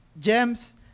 James